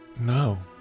No